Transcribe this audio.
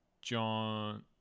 John